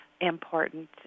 important